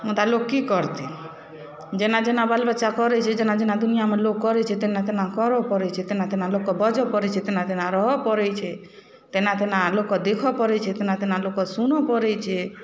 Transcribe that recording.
मुदा लोक की करतै जेना जेना बाल बच्चा करै छै जेना जेना दुनिआमे लोक करै छै तेना तेना करऽ पड़ै छै तेना तेना लोकके बजऽ पड़ै छै तेना तेना रहऽ पड़ै छै तेना तेना लोकके देखऽ पड़ै छै तेना तेना लोकके सुनऽ पड़ै छै